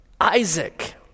Isaac